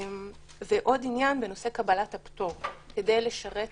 ועוד עניין, בנושא קבלת הפטור, כדי לשרת